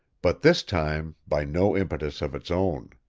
but this time by no impetus of its own.